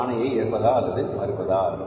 இந்த ஆணையை ஏற்பதா அல்லது மறுப்பதா